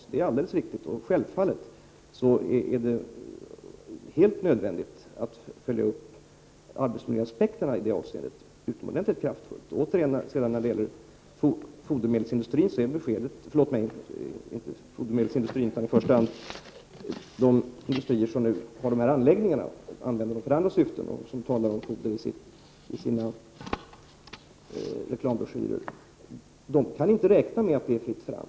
I det avseendet är det självfallet helt nödvändigt att utomordentligt kraftfullt följa upp arbetsmiljöaspekterna. De industrier som har sådana anläggningar och använder dem för andra syften, men som talar om foder i sina reklambroschyrer, kan inte räkna med att det är fritt fram.